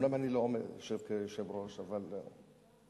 אומנם אני לא יושב כיושב-ראש, אבל,